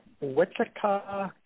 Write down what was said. Wichita